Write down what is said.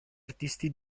artisti